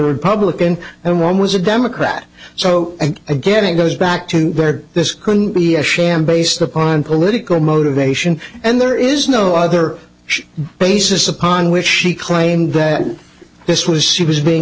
republican and one was a democrat so again it goes back to where this couldn't be a sham based upon political motivation and there is no other basis upon which she claimed that this was she was being